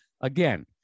Again